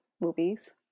movies